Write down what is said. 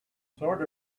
sort